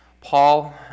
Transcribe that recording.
Paul